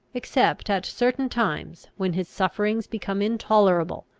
except at certain times when his sufferings become intolerable,